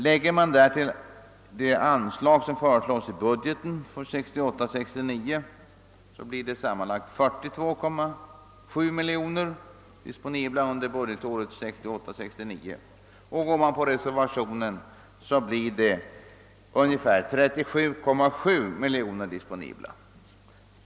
Lägger man därtill det anslag som föreslås i statsbudgeten för 1968 69. Enligt reservationens förslag skulle dessa disponibla medel i stället uppgå till 37,7 miljoner kronor.